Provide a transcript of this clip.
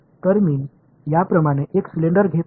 तर मी या प्रमाणे एक सिलिंडर घेत आहे